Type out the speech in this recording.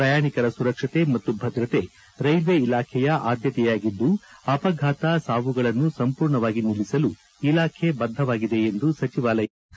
ಪ್ರಯಾಣಿಕರ ಸುರಕ್ಷತೆ ಮತ್ತು ಭದ್ರತೆ ರೈಲ್ವೆ ಇಲಾಖೆಯ ಆದ್ಯತೆಯಾಗಿದ್ದು ಅಪಘಾತ ಸಾವುಗಳನ್ನು ಸಂಪೂರ್ಣವಾಗಿ ನಿಲ್ಲಿಸಲು ಇಲಾಖೆ ಬಧ್ಗವಾಗಿದೆ ಎಂದು ಸಚಿವಾಲಯ ತಿಳಿಸಿದೆ